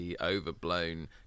overblown